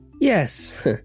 Yes